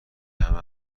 همه